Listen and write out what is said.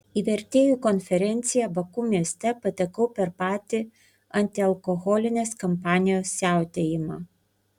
į vertėjų konferenciją baku mieste patekau per patį antialkoholinės kampanijos siautėjimą